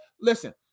listen